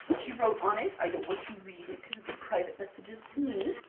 she wrote on it, i don't want to read it because it's private messages to me,